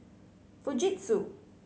fujitsu